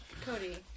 Cody